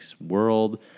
world